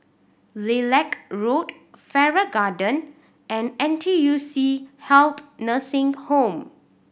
Lilac Road Farrer Garden and N T U C Health Nursing Home